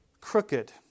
crooked